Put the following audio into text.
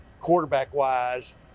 quarterback-wise